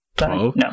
No